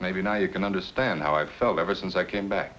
maybe now you can understand how i felt ever since i came back